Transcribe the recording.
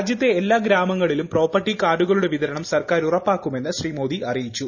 രാജ്യത്തെ എല്ലാ ഗ്രാമങ്ങളിലും പ്രോപ്പർട്ടി കാർഡുകളുടെ വിതരണം സർക്കാർ ഉറപ്പാക്കുമെന്ന് ശ്രീ മോദി അറിയിച്ചു